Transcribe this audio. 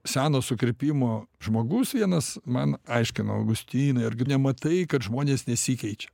seno sukirpimo žmogus vienas man aiškino augustinai argi nematai kad žmonės nesikeičia